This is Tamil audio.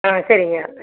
ஆ சரிங்க